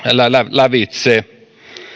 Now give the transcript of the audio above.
lävitse